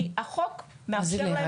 כי החוק מאפשר להן.